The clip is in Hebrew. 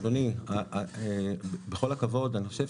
אדוני, בכל הכבוד, אני חושב